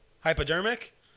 Hypodermic